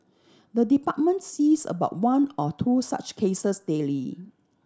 the department sees about one or two such cases daily